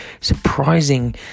surprising